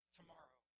tomorrow